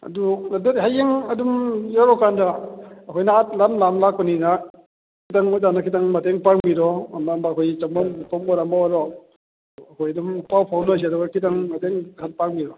ꯑꯗꯨ ꯑꯗꯒꯤ ꯍꯌꯦꯡ ꯑꯗꯨꯝ ꯌꯧꯔꯛꯀꯥꯟꯗ ꯑꯩꯈꯣꯏꯅ ꯑꯥ ꯂꯝ ꯂꯥꯞꯅ ꯂꯥꯛꯄꯅꯤꯅ ꯈꯤꯇꯪ ꯑꯣꯖꯥꯅ ꯈꯤꯇꯪ ꯃꯇꯦꯡ ꯄꯥꯡꯕꯤꯔꯣ ꯑꯃ ꯑꯃ ꯑꯩꯈꯣꯏ ꯆꯪꯐꯝ ꯈꯣꯠꯐꯝ ꯑꯣꯏꯔꯣ ꯑꯃ ꯑꯣꯏꯔꯣ ꯑꯩꯈꯣꯏ ꯑꯗꯨꯝ ꯄꯥꯎ ꯐꯥꯎꯅꯁꯤ ꯑꯗꯨꯒ ꯈꯤꯇꯪ ꯃꯇꯦꯡ ꯈꯔ ꯄꯥꯡꯕꯤꯔꯣ